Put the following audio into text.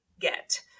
get